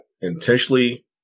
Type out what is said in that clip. intentionally